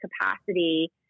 capacity